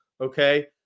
Okay